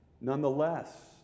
nonetheless